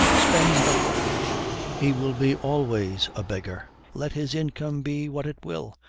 spends the whole he will be always a beggar let his income be what it will,